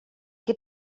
que